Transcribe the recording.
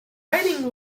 riding